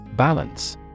Balance